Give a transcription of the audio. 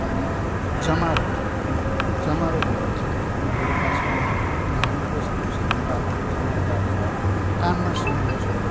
अनि जमारा जमारा भनेको चाहिँ तपाईँको अब दसैँमा हामीहरू धानको सानो सानो बाला जमारा राखेर कानमा सिउरिन्छौँ